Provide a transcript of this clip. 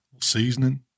seasoning